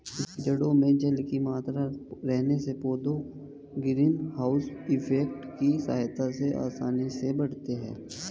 जड़ों में जल की मात्रा रहने से पौधे ग्रीन हाउस इफेक्ट की सहायता से आसानी से बढ़ते हैं